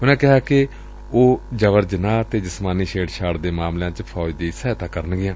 ਉਨੁਾਂ ਕਿਹਾ ਕਿ ਉਹ ਜਬਰ ਜਨਾਹ ਅਤੇ ਜਿਸਮਾਨੀ ਛੇੜਛਾੜ ਦੇ ਮਾਮਲਿਆਂ ਚ ਫੌਜ ਦੀ ਸਹਾਇਤਾ ਕਰਨਗੀਆਂ